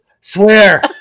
swear